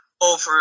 over